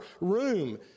room